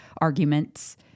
arguments